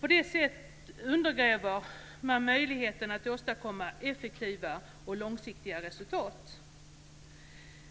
På det sättet undergräver man möjligheten att åstadkomma effektiva och långsiktiga resultat.